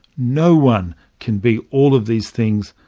no one can be all of these things.